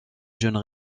jeunes